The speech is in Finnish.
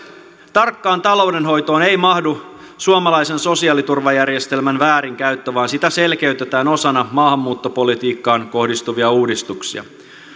tarkkaan taloudenhoitoon ei mahdu suomalaisen sosiaaliturvajärjestelmän väärinkäyttö vaan sitä selkeytetään osana maahanmuuttopolitiikkaan kohdistuvia uudistuksia